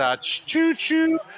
choo-choo